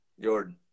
Jordan